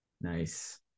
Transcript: Nice